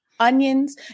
Onions